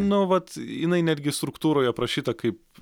nu vat jinai netgi struktūroj aprašyta kaip